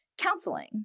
Counseling